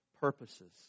purposes